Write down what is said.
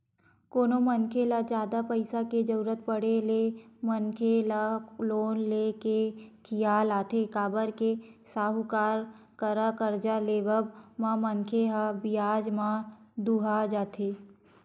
कोनो मनखे ल जादा पइसा के जरुरत पड़े ले मनखे ल लोन ले के खियाल आथे काबर के साहूकार करा करजा लेवब म मनखे ह बियाज म दूहा जथे